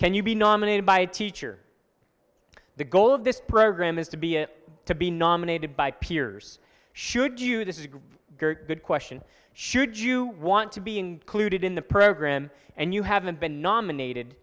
can you be nominated by a teacher the goal of this program is to be it to be nominated by peers should you this is a good question should you want to be included in the program and you haven't been nominated